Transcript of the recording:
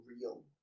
real